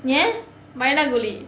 ஏன் பயந்தாங்கோலி:yaen bayanthaangoli